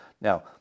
Now